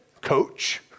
Coach